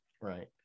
Right